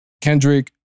Kendrick